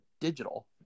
digital